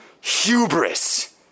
hubris